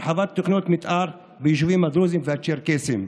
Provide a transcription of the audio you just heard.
הרחבת תוכניות מתאר ביישובים הדרוזיים והצ'רקסיים,